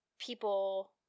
people